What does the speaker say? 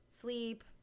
sleep